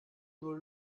nur